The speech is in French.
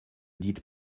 dites